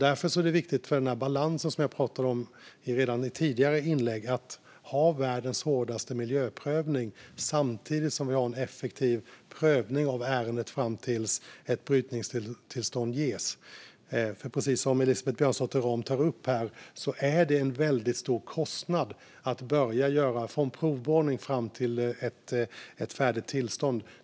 Därför är det viktigt för balansen som jag pratade om tidigare att ha världens hårdaste miljöprövning samtidigt som vi har en effektiv prövning av ärendet fram tills ett brytningstillstånd ges. Precis som Elisabeth Björnsdotter Rahm tar upp här är det en väldigt stor kostnad från provborrning fram till ett färdigt tillstånd.